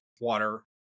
water